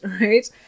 Right